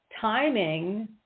timing